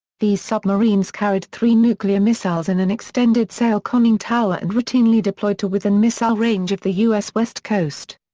these submarines carried three nuclear missiles in an extended sail conning tower and routinely deployed to within missile range of the u s. west coast.